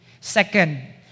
Second